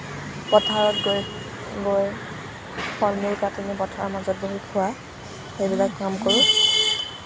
পথাৰত গৈ গৈ ফল মূল কাটি নি পথাৰৰ মাজত বহি খোৱা সেইবিলাক কাম কৰোঁ